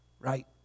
right